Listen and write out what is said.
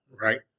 Right